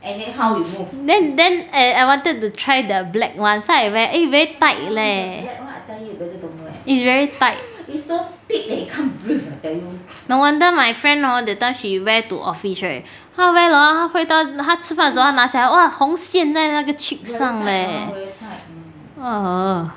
then then I wanted to try the black [one] so I wear eh very tight eh is very tight no wonder my friend hor that time she wear to office right 他 wear 了 hor 他吃饭的时候他拿下来 !wah! 红线在那个 cheek 上 eh